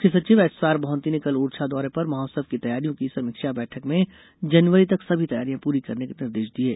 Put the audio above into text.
मुख्य सचिव एसआरमोहंती ने कल ओरछा दौरे पर महोत्सव की तैयारियां की समीक्षा बैठक में जनवरी तक सभी तैयारियां पूरी करने के निर्देश दिये